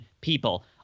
people